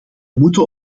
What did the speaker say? moeten